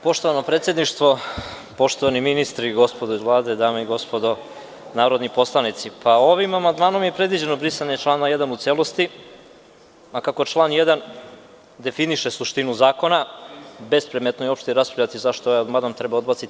Poštovano predsedništvo, poštovani ministri, gospodo iz Vlade, dame i gospodo narodni poslanici, ovim amandmanom je predviđeno brisanje člana 1. u celosti, a kako član 1. definiše suštinu zakona, bespredmetno je uopšte zašto ovaj amandman treba odbaciti.